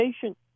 patient